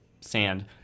sand